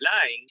lying